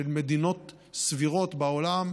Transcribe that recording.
של מדינות סבירות בעולם,